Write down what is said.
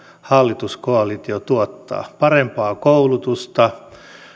hallituskoalitio tuottaa parempaa koulutusta